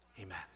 amen